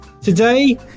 Today